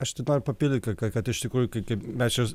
aš tik noriu papildyti ka kad iš tikrųjų kaip mes čia